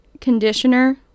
conditioner